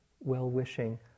well-wishing